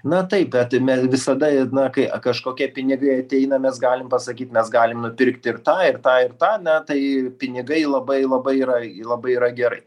na taip bet me visada ir na kai kažkokie pinigai ateina mes galim pasakyt mes galim nupirkt ir tai ir tą ir tą na tai pinigai labai labai yra labai yra gerai